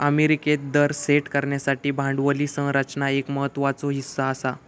अमेरिकेत दर सेट करण्यासाठी भांडवली संरचना एक महत्त्वाचो हीस्सा आसा